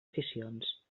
aficions